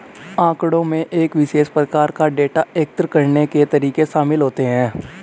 आँकड़ों में एक विशेष प्रकार का डेटा एकत्र करने के तरीके शामिल होते हैं